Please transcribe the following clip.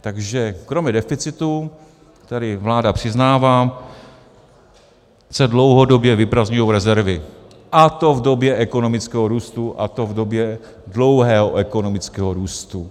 Takže kromě deficitu, který vláda přiznává, se dlouho vyprazdňují rezervy, a to v době ekonomického růstu, a to v době dlouhého ekonomického růstu.